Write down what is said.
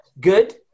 Good